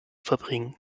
verbringen